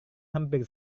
hampir